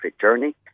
journey